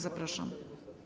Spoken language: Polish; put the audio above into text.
Zapraszam.